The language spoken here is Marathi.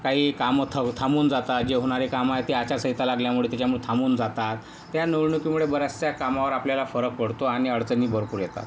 काही कामं थ थांबून जातात जे होणारे कामं आहेत ते आचारसंहिता लागल्यामुळे त्याच्यामुळे थांबून जातात त्या निवडणुकीमुळे बऱ्याचशा कामावर आपल्याला फरक पडतो आणि अडचणी भरपूर येतात